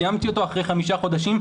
סיימתי אותו אחרי חמישה חודשים.